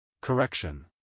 Correction